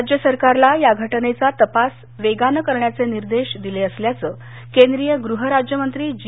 राज्य सरकारला या घटनेचा तपास वेगानं करण्याचे निर्देश दिले असल्याचं केंद्रीय गृहराज्यमंत्री जी